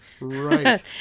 right